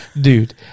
Dude